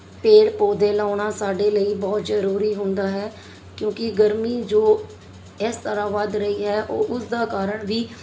ਪੇੜ ਪੌਦੇ ਲਾਉਣਾ ਸਾਡੇ ਲਈ ਬਹੁਤ ਜਰੂਰੀ ਹੁੰਦਾ ਹੈ ਕਿਉਂਕਿ ਗਰਮੀ ਜੋ ਇਸ ਤਰ੍ਹਾਂ ਵੱਧ ਰਹੀ ਹੈ ਉਹ ਉਸਦਾ ਕਾਰਨ ਵੀ